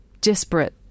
disparate